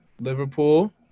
Liverpool